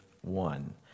one